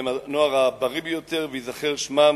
הם הנוער הבריא ביותר, וייזכר שמם